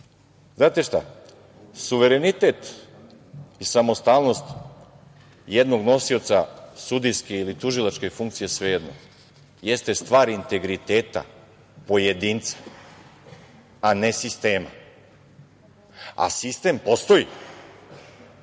Znate šta, suverenitet i samostalnost jednog nosioca sudijske ili tužilačke funkcije, svejedno, jeste stvar integriteta pojedinca, a ne sistema, a sistem postoji,